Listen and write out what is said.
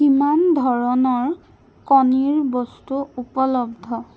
কিমান ধৰণৰ কণীৰ বস্তু উপলব্ধ